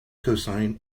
cosine